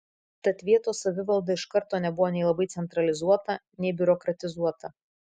tad vietos savivalda iš karto nebuvo nei labai centralizuota nei biurokratizuota